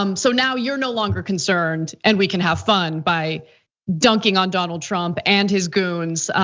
um so now you're no longer concerned and we can have fun by dunking on donald trump and his goons,